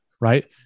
right